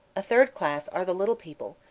a third class are the little people,